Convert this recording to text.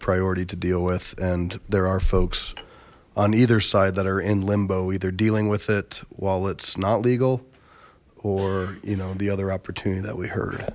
priority to deal with and there are folks on either side that are in limbo either dealing with it while it's not legal or you know the other opportunity that we heard